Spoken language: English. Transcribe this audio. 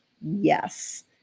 yes